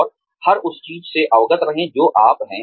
और हर उस चीज से अवगत रहें जो आप हैं